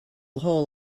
whole